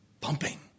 pumping